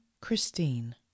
Christine